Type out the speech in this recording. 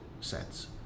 sets